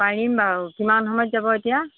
পাৰিম বাৰু কিমান সময়ত যাব এতিয়া